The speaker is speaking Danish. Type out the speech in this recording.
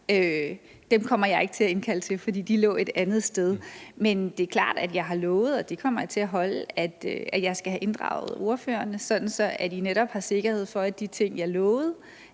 kommer jeg ikke til at indkalde til, for de lå et andet sted. Men det er klart, at jeg har lovet – og det løfte kommer jeg til at holde – at inddrage ordførerne, sådan at I netop har sikkerhed for, at jeg holder de ting, jeg lovede.